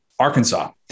Arkansas